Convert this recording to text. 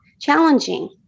challenging